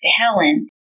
Helen